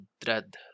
dread